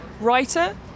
writer